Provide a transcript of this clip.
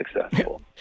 successful